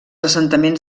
assentaments